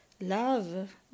love